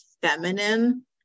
feminine